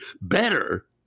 Better